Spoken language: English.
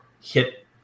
hit